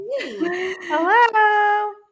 Hello